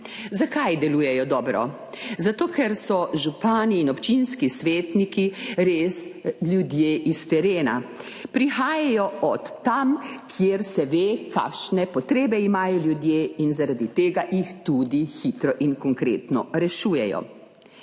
Zakaj delujejo dobro? Zato, ker so župani in občinski svetniki res ljudje s terena, prihajajo od tam, kjer se ve, kakšne potrebe imajo ljudje in zaradi tega jih tudi hitro in konkretno rešujejo.